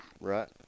Right